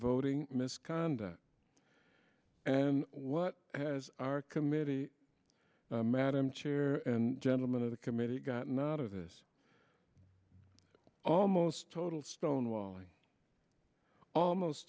voting misconduct and what has our committee madam chair and gentlemen of the committee gotten out of this almost total stonewalling almost